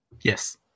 Yes